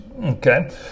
Okay